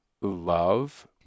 love